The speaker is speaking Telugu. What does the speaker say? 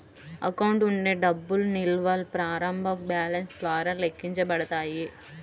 అకౌంట్ ఉండే డబ్బు నిల్వల్ని ప్రారంభ బ్యాలెన్స్ ద్వారా లెక్కించబడతాయి